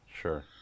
Sure